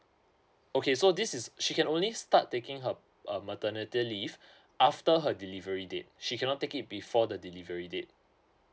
okay so this is she can only start taking her uh maternity leave after her delivery date she cannot take it before the delivery date